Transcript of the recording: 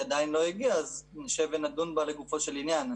היא עדיין לא הגיעה אז נשב ונדון בה לגופו של עניין.